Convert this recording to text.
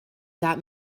that